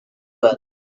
well